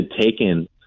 taken